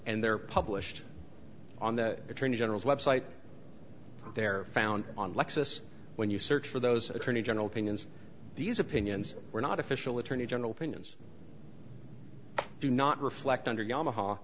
and they're published on the attorney general's website there are found on lexis when you search for those attorney general opinions these opinions were not official attorney general pinions do not reflect under yamaha